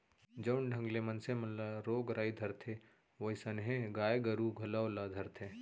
जउन ढंग ले मनसे मन ल रोग राई धरथे वोइसनहे गाय गरू घलौ ल धरथे